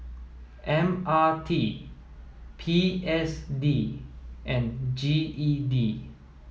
M R T P S D and G E D